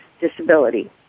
disability